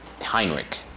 Heinrich